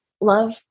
Love